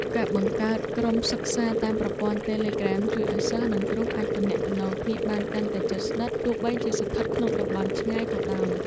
ការបង្កើតក្រុមសិក្សាតាមប្រព័ន្ធតេឡេក្រាមជួយឱ្យសិស្ស និងគ្រូអាចទំនាក់ទំនងគ្នាបានកាន់តែជិតស្និទ្ធទោះបីជាស្ថិតក្នុងតំបន់ឆ្ងាយក៏ដោយ។